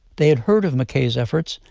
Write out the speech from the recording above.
they had heard of mckay's efforts,